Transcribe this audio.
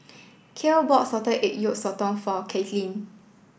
Cale bought Salted Egg Yolk Sotong for Katelynn